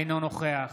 אינו נוכח